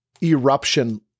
eruption